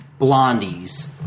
Blondies